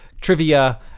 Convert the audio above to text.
trivia